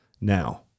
Now